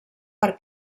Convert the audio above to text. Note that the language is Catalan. per